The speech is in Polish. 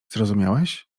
zrozumiałeś